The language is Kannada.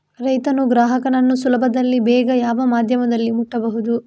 ರೈತನು ಗ್ರಾಹಕನನ್ನು ಸುಲಭದಲ್ಲಿ ಬೇಗ ಯಾವ ಮಾಧ್ಯಮದಲ್ಲಿ ಮುಟ್ಟಬಹುದು?